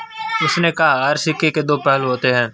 उसने कहा हर सिक्के के दो पहलू होते हैं